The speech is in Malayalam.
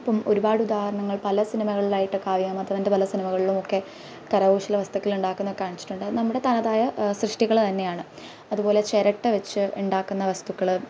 ഇപ്പോള് ഒരുപാട് ഉദാഹരണങ്ങൾ പല സിനിമകളിലായിട്ട് കാവ്യാ മാധവന്റെ പല സിനിമകളിലുമൊക്കെ കരകൗശല വസ്തുക്കളുണ്ടാക്കുന്നതൊക്കെ കാണിച്ചിട്ടുണ്ട് നമ്മുടെ തനതായ സൃഷ്ടികള് തന്നെയാണ് അതുപോലെ ചിരട്ട വച്ച് ഉണ്ടാക്കുന്ന വസ്തുക്കള്